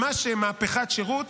ממש מהפכת שירות.